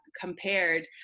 compared